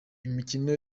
imikino